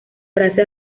frase